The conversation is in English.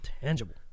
Tangible